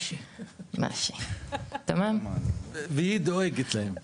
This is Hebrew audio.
היא דואגת להם.